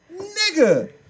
Nigga